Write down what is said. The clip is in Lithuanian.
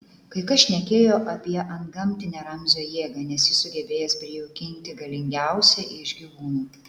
kai kas šnekėjo apie antgamtinę ramzio jėgą nes jis sugebėjęs prijaukinti galingiausią iš gyvūnų